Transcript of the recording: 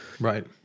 Right